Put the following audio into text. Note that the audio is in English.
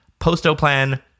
postoplan